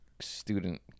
student